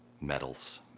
medals